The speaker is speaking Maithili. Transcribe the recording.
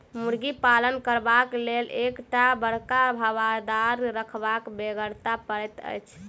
मुर्गी पालन करबाक लेल एक टा बड़का हवादार घरक बेगरता पड़ैत छै